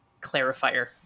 clarifier